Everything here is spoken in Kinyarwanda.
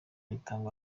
itangwa